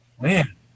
Man